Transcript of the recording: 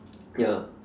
ya